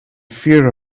fear